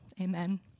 Amen